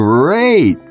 Great